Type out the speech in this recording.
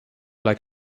like